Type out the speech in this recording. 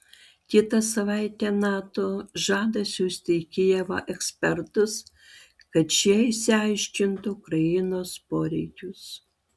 kitą savaitę nato žada siųsti į kijevą ekspertus kad šie išsiaiškintų ukrainos poreikius